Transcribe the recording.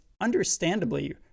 understandably